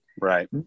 Right